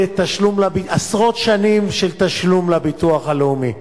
עשרות שנים של תשלום לביטוח הלאומי.